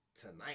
tonight